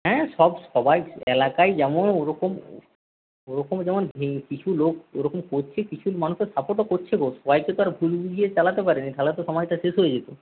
হ্যাঁ সব সবাই এলাকায় যেমন ওরকম ওরকম যেমন কিছু লোক ওরকম করছে কিছু মানুষের সাপোর্টও করছে বস তাই তো ভুল বুঝিয়ে চালাতে পারবে তাহলে তো সমাজটা শেষ হয়ে যেত